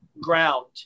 ground